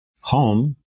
home